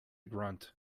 grunt